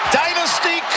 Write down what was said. dynasty